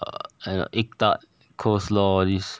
err egg tart coleslaw all this